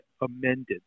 amended